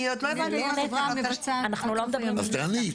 אני עוד לא הבנתי --- אז תעני.